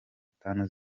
tanu